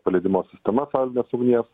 paleidimo sistema salvinės ugnies